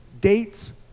dates